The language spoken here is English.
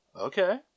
Okay